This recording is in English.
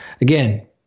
again